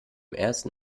ersten